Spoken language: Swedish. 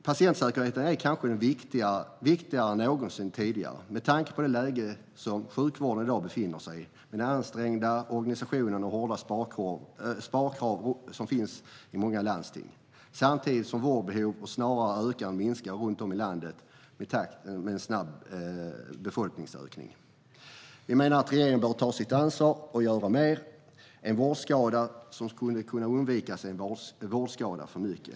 Patientsäkerhet är kanske viktigare än någonsin tidigare, med tanke på det läge som sjukvården i dag befinner sig i med den ansträngda organisation och de hårda sparkrav som finns i många landsting samtidigt som vårdbehoven snarare ökar än minskar runt om i landet i takt med en snabb befolkningsökning. Vi menar att regeringen bör ta sitt ansvar och göra mer. En vårdskada som hade kunnat undvikas är en vårdskada för mycket.